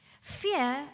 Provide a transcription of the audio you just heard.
Fear